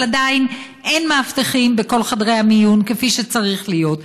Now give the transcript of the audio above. אבל עדיין אין מאבטחים בכל חדרי המיון כפי שצריך להיות,